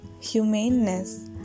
humaneness